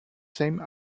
same